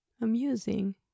amusing